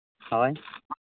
ᱦᱳᱭ